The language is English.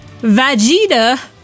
Vegeta